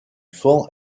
fonds